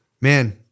man